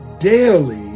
daily